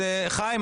חיים,